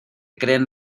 creen